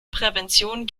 prävention